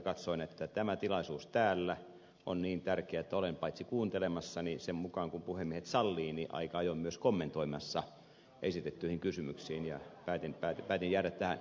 katsoin että tämä tilaisuus täällä on niin tärkeä että olen paitsi kuuntelemassa niin sen mukaan kuin puhemiehet sallivat aika ajoin myös kommentoimassa esitettyjä kysymyksiä ja päätin jäädä tänne